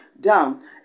down